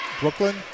Brooklyn